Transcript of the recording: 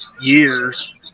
years